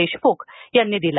देशमुख यांनी दिला